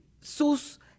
sus